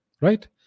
right